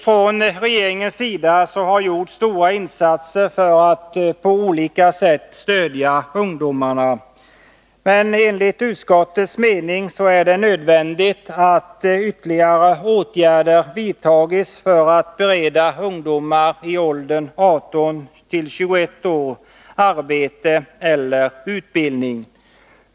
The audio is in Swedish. Från regeringens sida har gjorts stora insatser för att på olika sätt stödja ungdomarna, men enligt utskottets mening är det nödvändigt att ytterligare åtgärder vidtas för att bereda ungdomar i åldern 18-21 arbete eller utbildning.